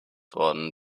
worden